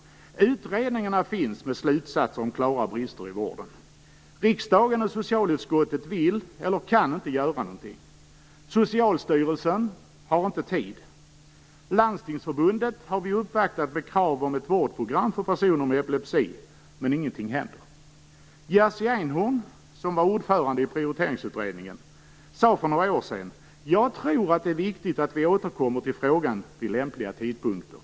Det finns utredningar med slutsatser om klara brister i vården. Riksdagen och socialutskottet vill eller kan inte göra någonting. Socialstyrelsen har inte tid. Vi har uppvaktat Landstingsförbundet med krav om ett vårdprogram för personer med epilepsi, men ingenting händer. Jerzy Einhorn, som var ordförande i Prioriteringsutredningen, sade för några år sedan: Jag tror att det är viktigt att vi återkommer till frågan vid lämpliga tidpunkter.